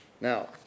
Now